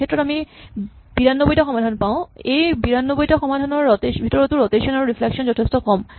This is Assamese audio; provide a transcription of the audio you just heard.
এইক্ষেত্ৰত আমি ৯২ টা সমাধান পাওঁ এই ৯২ টাৰ ভিতৰতো ৰটেচন আৰু ৰিফ্লেকচন যথেষ্ঠ কম